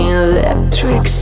electric